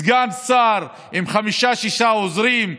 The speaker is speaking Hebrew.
סגן שר, עם חמישה-שישה עוזרים,